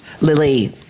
Lily